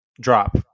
drop